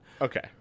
Okay